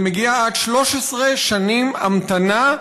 וזה מגיע עד 13 שנים המתנה,